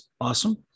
awesome